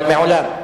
אבל מעולם.